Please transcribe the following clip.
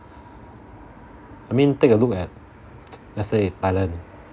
I mean take a look at let's say thailand